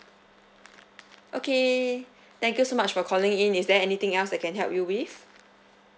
okay thank you so much for calling in is there anything else I can help you with